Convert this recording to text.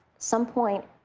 some point,